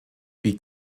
wie